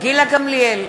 גילה גמליאל,